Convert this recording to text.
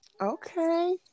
okay